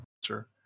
Sure